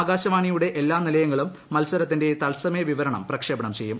ആകാശവാണിയുടെ എല്ലാ നിലയങ്ങളും മത്സരത്തിന്റെ തത്സമയ വിവരണം പ്രക്ഷേപണം ചെയ്യും